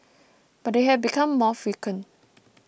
but they have become more frequent